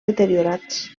deteriorats